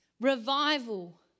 revival